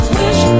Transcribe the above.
wish